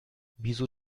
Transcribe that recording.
wieso